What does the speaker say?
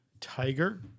tiger